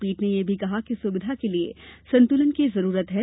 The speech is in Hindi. पीठ ने यह भी कहा कि सुविधा के लिए संतुलन की जरूरत है